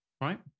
right